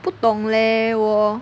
不懂 leh 我